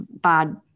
bad